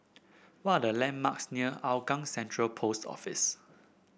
what are the landmarks near Hougang Central Post Office